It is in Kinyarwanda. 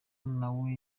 nawe